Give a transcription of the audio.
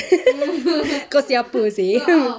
kau siapa seh